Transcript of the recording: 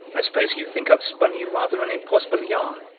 i suppose you think i've spun you rather an impossible yarn,